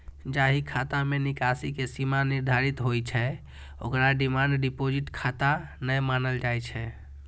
जाहि खाता मे निकासी के सीमा निर्धारित होइ छै, ओकरा डिमांड डिपोजिट खाता नै मानल जाइ छै